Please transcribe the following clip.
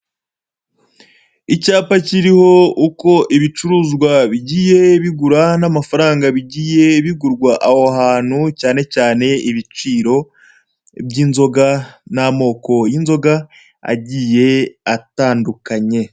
Icyapa kiriho uko ibicuruzwa bigiye bigura n'amafaranga bigiye bigurwa aho hantu cyane cyane ibiciro by'inzoga n'amoko y'inzoga agiye atandukanye.